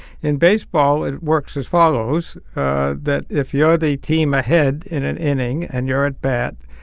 in baseball, it works as follows that if you're the team ahead in an inning and you're at bat,